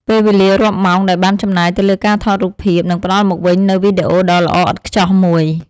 ពេលវេលារាប់ម៉ោងដែលបានចំណាយទៅលើការថតរូបភាពនឹងផ្តល់មកវិញនូវវីដេអូដ៏ល្អឥតខ្ចោះមួយ។